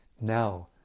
Now